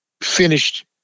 finished